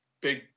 big